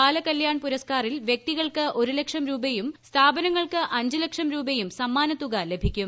ബാല കല്യാൺ പുരസ്കാറിൽ വ്യക്തികൾക്ക് ഒരു ലക്ഷം രൂപയും സ്ഥാപനങ്ങൾക്ക് അഞ്ച് പ്രിക്ഷം രൂപയും സമ്മാനതുക ലഭിക്കും